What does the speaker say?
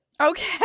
Okay